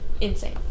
insane